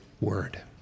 word